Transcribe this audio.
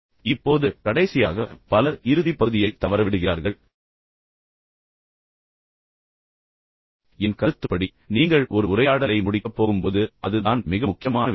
இப்போது கடைசியாக பலர் இறுதிப் பகுதியை தவறவிடுகிறார்கள் என் கருத்துப்படி நீங்கள் ஒரு உரையாடலை முடிக்கப் போகும்போது அது தான் தான் மிக முக்கியமான விஷயம்